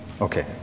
Okay